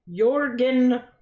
Jorgen